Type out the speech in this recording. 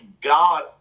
God